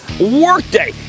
Workday